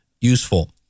useful